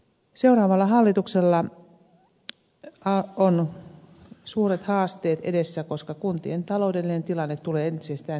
seuraavalla hallituksella on suuret haasteet edessä koska kuntien taloudellinen tilanne tulee entisestään heikkenemään